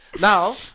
Now